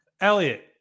Elliot